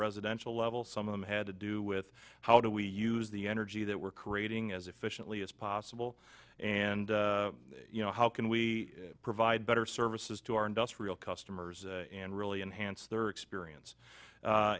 residential level some of them had to do with how do we use the energy that we're creating as efficiently as possible and you know how can we provide better services to our industrial customers and really enhance their experience